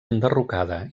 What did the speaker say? enderrocada